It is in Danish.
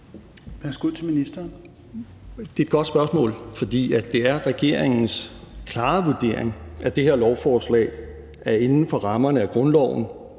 (Nick Hækkerup): Det er et godt spørgsmål, for det er regeringens klare vurdering, at det her lovforslag er inden for rammerne af grundloven